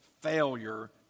failure